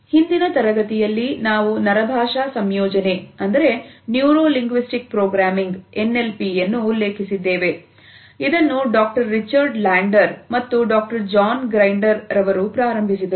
ಹಿಂದಿನ ತರಗತಿಯಲ್ಲಿ ನಾವು ನರ ಭಾಷಾ ಸಂಯೋಜನೆ ಅವರು ಪ್ರಾರಂಭಿಸಿದರು